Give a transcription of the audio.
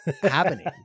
happening